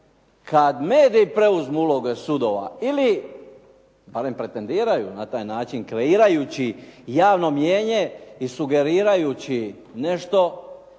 kada mediji preuzmu uloge sudova ili oni pretendiraju na taj način kreirajući javno mijenje i sugerirajući nešto